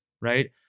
right